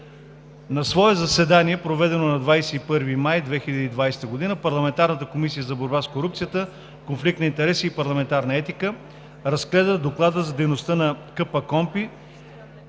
На свое заседание, проведено на 21 май 2020 г., Комисията за борба с корупцията, конфликт на интереси и парламентарна етика разгледа Доклада за дейността на Комисията